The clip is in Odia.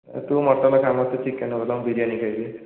ଏ ତୁ ମଟନ ଖାଅ ମୋତେ ଚିକେନ ଭଲ ମୁଁ ବିରିୟାନୀ ଖାଇବି